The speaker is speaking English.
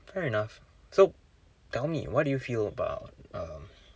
fair enough so tell me what do you feel about um